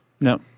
No